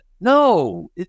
No